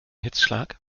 hitzschlag